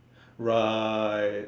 right